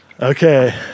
Okay